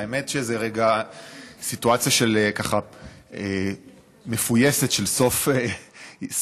האמת היא שזו סיטואציה מפויסת של סוף קדנציה,